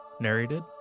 narrated